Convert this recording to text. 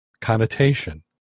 connotation